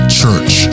Church